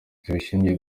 zibishinzwe